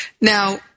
Now